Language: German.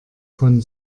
von